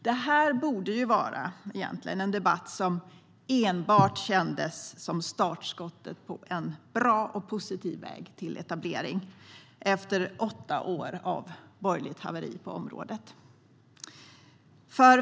Detta borde egentligen vara en debatt som enbart kändes som startskottet på en bra och positiv väg till etablering, efter åtta år av borgerligt haveri på området.